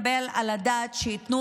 אני רוצה להגיד שבלתי מתקבל על הדעת שייתנו